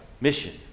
mission